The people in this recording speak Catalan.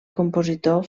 compositor